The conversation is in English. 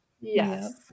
Yes